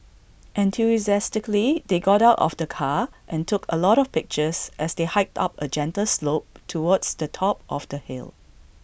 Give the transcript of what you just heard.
enthusiastically they got out of the car and took A lot of pictures as they hiked up A gentle slope towards the top of the hill